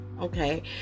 Okay